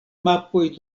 mapoj